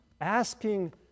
asking